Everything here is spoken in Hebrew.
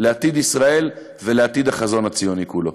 לעתיד ישראל ולעתיד החזון הציוני כולו.